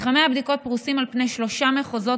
מתחמי הבדיקות פרוסים על פני שלושה מחוזות